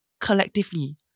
collectively